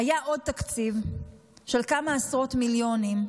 היה עוד תקציב של כמה עשרות מיליונים,